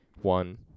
one